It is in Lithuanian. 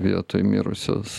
vietoj mirusios